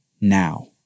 now